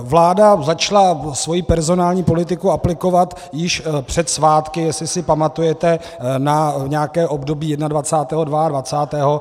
Vláda začala svoji personální politiku aplikovat již před svátky, jestli se pamatujete na nějaké období jedenadvacátého, dvaadvacátého.